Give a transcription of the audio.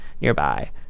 nearby